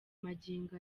magingo